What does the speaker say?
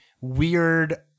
weird